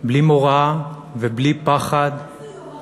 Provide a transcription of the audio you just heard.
בלי מורא ובלי פחד, איזה יוהרה.